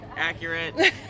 accurate